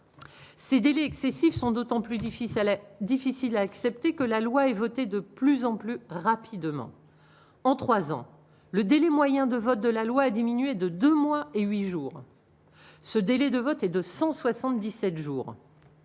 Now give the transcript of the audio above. Ces délais excessifs sont d'autant plus difficile, est difficile à accepter que la loi est votée, de plus en plus rapidement, en 3 ans, le délai moyen de vote de la loi, a diminué de 2 mois et 8 jours, ce délai de vote et de 177 jours